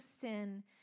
sin